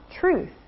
truth